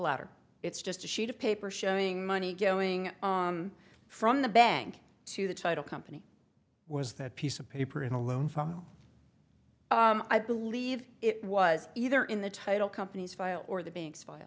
letter it's just a sheet of paper showing money going from the bank to the title company was that piece of paper in a loan file i believe it was either in the title companies file or the bank's